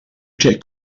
check